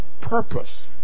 purpose